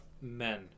men